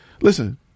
listen